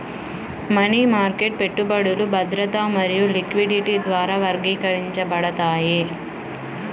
money market పెట్టుబడులు భద్రత మరియు లిక్విడిటీ ద్వారా వర్గీకరించబడతాయి